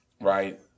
right